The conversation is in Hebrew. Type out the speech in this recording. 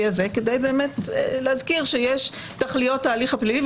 הזה כדי באמת להזכיר שיש את תכליות ההליך הפלילי,